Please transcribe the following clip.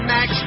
Max